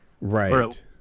Right